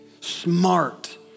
smart